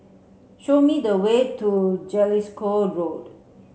show me the way to Jellicoe Road